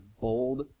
bold